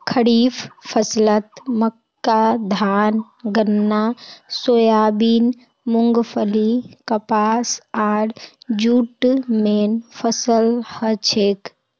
खड़ीफ फसलत मक्का धान गन्ना सोयाबीन मूंगफली कपास आर जूट मेन फसल हछेक